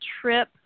trip